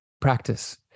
practice